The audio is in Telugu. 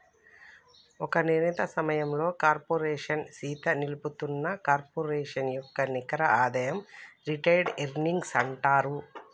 ఒక నిర్ణీత సమయంలో కార్పోరేషన్ సీత నిలుపుతున్న కార్పొరేషన్ యొక్క నికర ఆదాయం రిటైర్డ్ ఎర్నింగ్స్ అంటారు